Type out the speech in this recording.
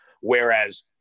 Whereas